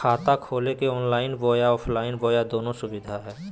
खाता खोले के ऑनलाइन बोया ऑफलाइन बोया दोनो सुविधा है?